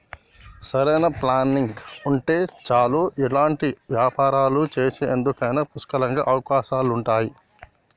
సరైన ప్లానింగ్ ఉంటే చాలు ఎలాంటి వ్యాపారాలు చేసేందుకైనా పుష్కలంగా అవకాశాలుంటయ్యి